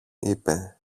είπε